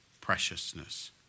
preciousness